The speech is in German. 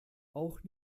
auch